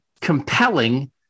compelling